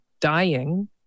dying